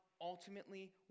ultimately